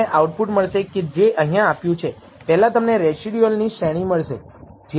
35 ગણાય છે અને તે આપશે જે ઈન્ટર્વલ કોન્ફિડન્સ ઈન્ટર્વલસ આપે છે 3